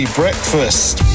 breakfast